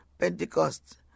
Pentecost